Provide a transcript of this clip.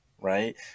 right